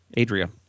Adria